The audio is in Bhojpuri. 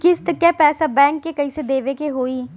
किस्त क पैसा बैंक के कइसे देवे के होई?